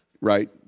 right